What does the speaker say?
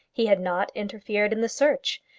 he had not interfered in the search.